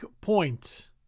point